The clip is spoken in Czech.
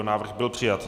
Návrh byl přijat.